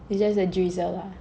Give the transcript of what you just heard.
it's just a drizzle lah